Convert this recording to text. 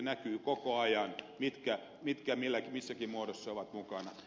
näkyy koko ajan mitkä yritykset missäkin muodossa ovat mukana